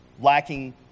lacking